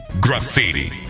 Graffiti